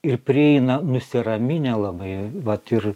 ir prieina nusiraminę labai vat ir